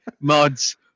mods